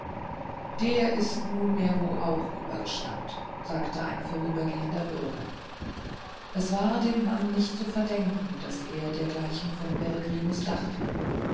der ist nunmehro auch übergeschnappt sagte ein vorübergehender bürger es war dem mann nicht zu verdenken daß er dergleichen von peregrinus dachte